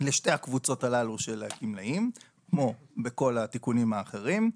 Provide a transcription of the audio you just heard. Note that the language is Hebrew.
לשתי הקבוצות הללו של הגמלאים כמו בכל התיקונים האחרים.